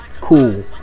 Cool